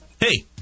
Hey